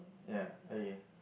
ya okay